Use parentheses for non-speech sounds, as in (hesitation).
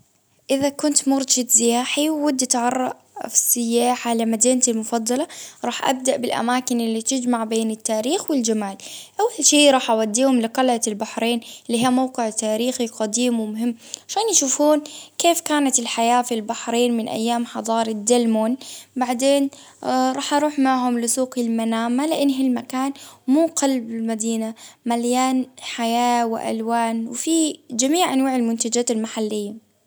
إذا كنت مرشد سياحي ودي (hesitation) السياح على مدينتي المفضلة، راح أبدأ بالأماكن اللي تجمع بين التاريخ والجمال، أول شي راح أوديهم لقلعة البحرين اللي هي موقع تاريخي قديم ومهم، عشان يشوفون كيف كانت الحياة في البحرين من أيام حضار الدلمون ؟بعدين راح أروح معهم لسوق المنامة، لإن هالمكان مو قلب المدينة مليان حياة وألوان في جميع المنتجات المنتجات المحلية.